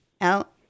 out